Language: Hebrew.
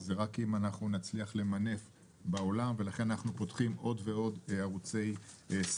זה רק אם אנחנו נצליח למנף בעולם ולכן אנחנו פותחים עוד ועוד ערוצי סחר,